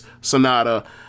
Sonata